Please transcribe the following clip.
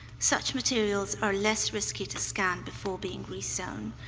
such materials are less risky to scan before being resewn.